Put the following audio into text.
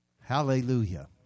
Hallelujah